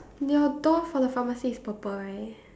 your door for the pharmacy is purple right